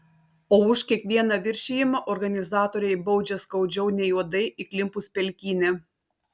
o už kiekvieną viršijimą organizatoriai baudžia skaudžiau nei uodai įklimpus pelkyne